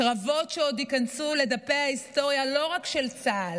קרבות שעוד ייכנסו לדפי ההיסטוריה, לא רק של צה"ל,